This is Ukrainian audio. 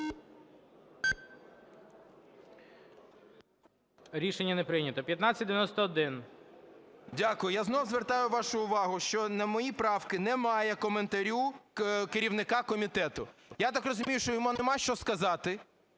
14:03:36 ГОНЧАРЕНКО О.О. Дякую. Я знову звертаю вашу увагу, що на мої правки немає коментарю керівника комітету, я так розумію, що йому нема, що сказати,